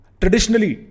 traditionally